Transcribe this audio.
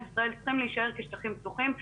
ישראל צריכים להישאר כשטחים פתוחים,